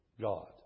God